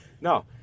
No